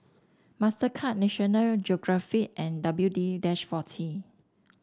Mastercard National Geographic and W D dash forty